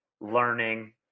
learning